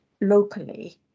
locally